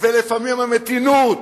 ולפעמים המתינות,